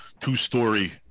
two-story